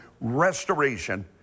restoration